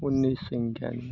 उन्नीस सो इक्यानवे